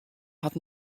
hat